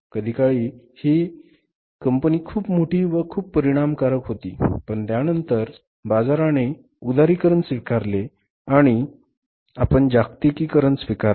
कधीकाळी ही कंपनी खूप मोठी व खूप परिणामकारक होती पण त्यानंतर बाजाराने उदारीकरण स्वीकारले आणि आपण जागतिकीकरण स्वीकारले